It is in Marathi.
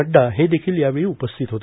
नड्डा हे देखील यावेळी उपस्थित होते